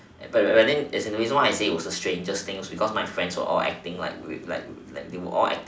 but but but then as in the reason why I say it was the strangest thing is because my friends were all acting like with like with like they were all acting